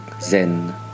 Zen